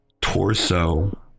torso